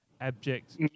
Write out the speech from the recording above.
abject